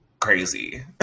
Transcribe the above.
crazy